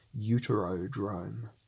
uterodrome